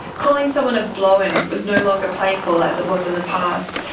calling someone a blow in was no longer playful as it was in the past,